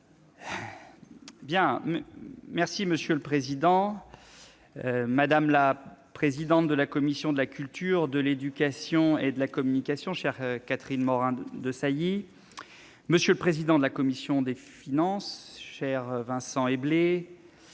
Monsieur le président, madame la présidente de la commission de la culture, de l'éducation et de la communication, chère Catherine Morin-Desailly, monsieur le président de la commission des finances, cher Vincent Éblé,